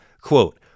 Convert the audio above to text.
Quote